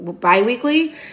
bi-weekly